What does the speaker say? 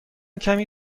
کمی